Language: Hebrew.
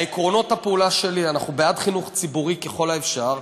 עקרונות הפעולה שלי: אנחנו בעד חינוך ציבורי ככל האפשר,